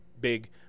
big